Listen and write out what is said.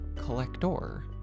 collector